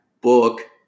book